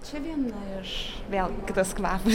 čia viena iš vėl kitas kvapas